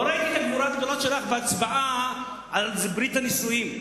לא ראיתי את הגבורה הגדולה שלך בהצבעה על ברית הנישואין.